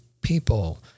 People